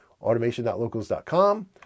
automation.locals.com